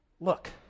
Look